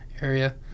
area